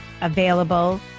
available